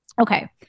Okay